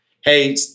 Hey